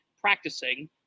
practicing